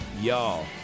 y'all